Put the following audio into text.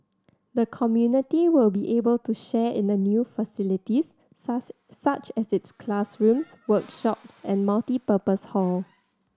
the community will be able to share in the new facilities such such as its classrooms workshops and multipurpose hall